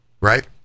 right